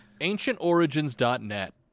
AncientOrigins.net